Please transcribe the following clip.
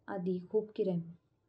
आदी खूब कितें